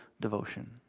devotion